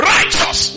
Righteous